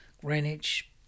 Greenwich